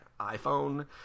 iPhone